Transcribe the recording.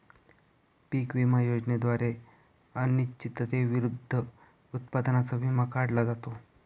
पीक विमा योजनेद्वारे अनिश्चिततेविरुद्ध उत्पादनाचा विमा काढला जातो